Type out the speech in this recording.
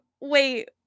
wait